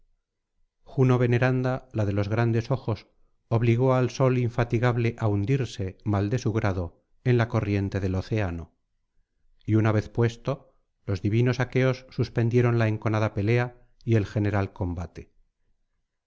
juno veneranda la de los grandes ojos obligó al sol infatigable á hundirse mal de su grado en la corriente del océano y una vez puesto los divinos aqueos suspendieron la enconada pelea y el general combate